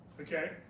Okay